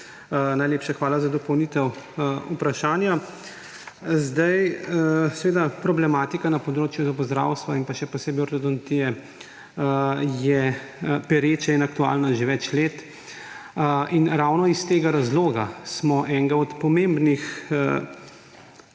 najlepša hvala za dopolnitev vprašanja. Seveda problematika na področju zobozdravstva in pa še posebej ortodontije, je pereče in aktualno že več let in ravno iz tega razloga je eden od pomembnih